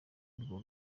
urwo